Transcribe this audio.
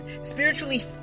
Spiritually